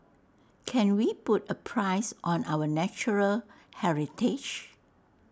can we put A price on our natural heritage